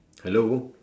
hello